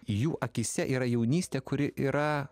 jų akyse yra jaunystė kuri yra